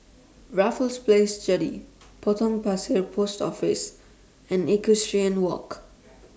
Raffles Place Jetty Potong Pasir Post Office and Equestrian Walk